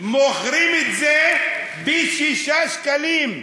מוכרים את זה ב-6 שקלים.